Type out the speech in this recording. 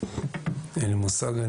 אין לי מושג,